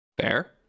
Fair